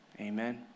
Amen